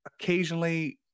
occasionally